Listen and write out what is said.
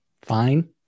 fine